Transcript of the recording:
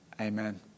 Amen